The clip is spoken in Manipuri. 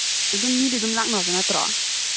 ꯑꯗꯨꯝ ꯃꯤꯗꯤ ꯑꯗꯨꯝ ꯂꯥꯛꯅꯕ ꯅꯠꯇ꯭ꯔꯣ